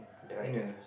ya